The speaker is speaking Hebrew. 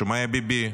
שומע ביבי?